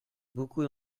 beaucoup